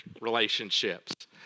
relationships